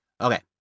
Okay